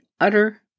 utter